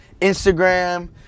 Instagram